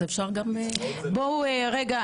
אז אפשר גם --- בואו רגע,